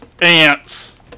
ants